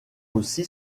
aussi